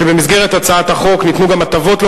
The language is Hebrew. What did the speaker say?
שבמסגרת הצעת החוק ניתנו גם הטבות לא